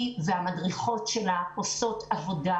היא והמדריכות שלה עושות עבודה,